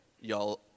y'all